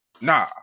Nah